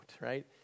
right